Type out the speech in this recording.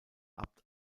abt